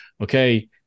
okay